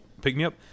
pick-me-up